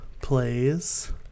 plays